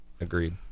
Agreed